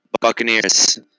Buccaneers